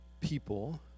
people